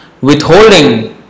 withholding